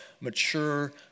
mature